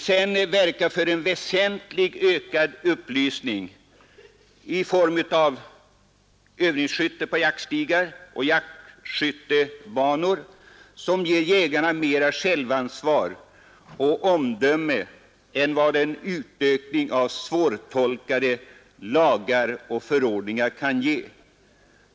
Vi vill också ha en väsentligt ökad upplysning och vi vill ha till stånd övningsskytte på jaktstigar och jaktskyttebanor, vilket ger jägarna mer självansvar och omdöme än vad en utökning av svårtolkade lagar och förordningar kan ge.